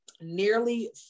nearly